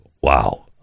Wow